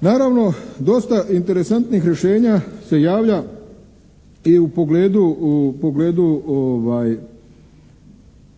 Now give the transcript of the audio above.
Naravno, dosta interesantnih rješenja se javlja i u pogledu